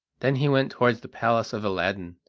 then he went towards the palace of aladdin,